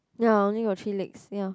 ya only got three legs ya